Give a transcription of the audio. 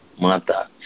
Mata